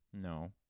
No